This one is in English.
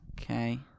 Okay